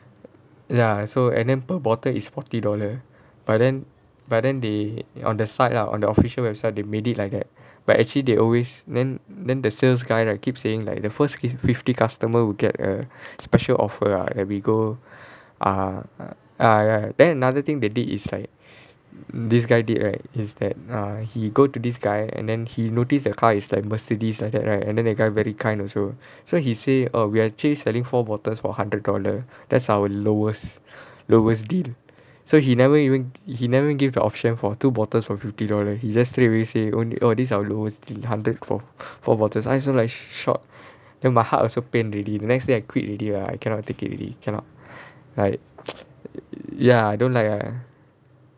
ya so and then per bottle is forty dollar but then but then they on the site lah on the official website they made it like that but actually they always then then the sales guy right keep saying like the first gi~ fifty customers will get a special offer ah and we go ah ah ya then another thing they did is like this guy did right is that err he go to this guy and then he noticed the car is like Mercedes like that right and then that guy very kind also so he say err we're actually selling four bottles for hundred dollar that's our lowest lowest deal so he never even he never give the option for two bottles for fifty dollar he just straightaway say ow~ oh this our lowest dr~ hundred for four bottles I also like shock then my heart also pain already the next day I quit already ah I cannot take it already cannot like ya I don't like ah